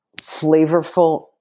flavorful